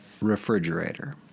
refrigerator